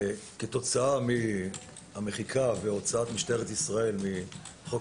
כתוצאה מהמחיקה והוצאת משטרת ישראל מהחוק